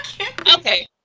Okay